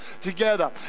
together